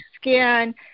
skin